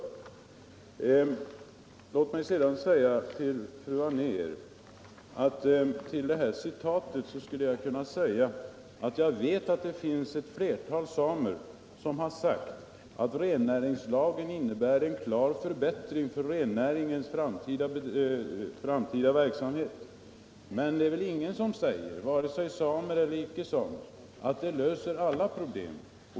I anslutning till det citat som fru Anér här läste upp vill jag sedan säga att jag vet att det finns ett flertal samer som har förklarat att rennäringslagen innebär en klar förbättring för rennäringens framtid. Men det är väl ingen som säger, varken samer eller icke samer, att lagen löser alla problem.